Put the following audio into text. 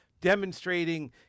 demonstrating